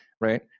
right